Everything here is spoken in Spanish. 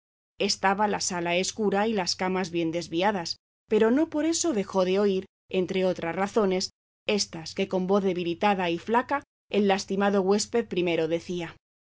estaba la sala escura y las camas bien desviadas pero no por esto dejó de oír entre otras razones éstas que con voz debilitada y flaca el lastimado huésped primero decía